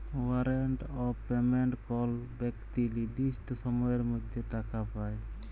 warrant of payment কল বেক্তি লির্দিষ্ট সময়ের মধ্যে টাকা পায়